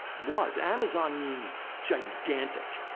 was. amazon means gigantic.